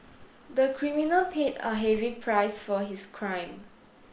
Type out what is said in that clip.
the criminal paid a heavy price for his crime